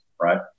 right